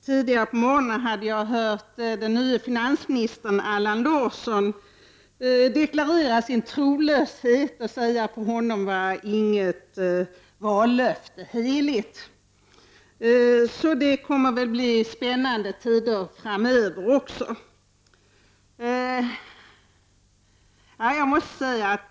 Tidigare på morgonen hörde jag den nye finansministern Allan Larsson deklarera sin trolöshet genom att säga att för honom var inget vallöfte heligt. Det blir väl spännande tider också framöver.